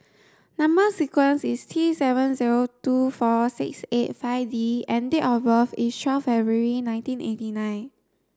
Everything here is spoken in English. number sequence is T seven zero two four six eight five D and date of birth is twelfth February nineteen eighty nine